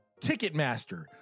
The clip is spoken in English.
Ticketmaster